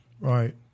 Right